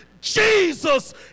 Jesus